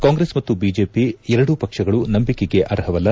ಕಾಂಗ್ರೆಸ್ ಮತ್ತು ಬಿಜೆಪಿ ಎರಡೂ ಪಕ್ಷಗಳು ನಂಬಿಕೆಗೆ ಅರ್ಹವಲ್ಲ